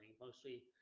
mostly